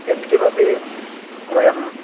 यत्किमपि वयं